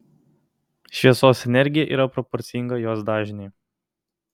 šviesos energija yra proporcinga jos dažniui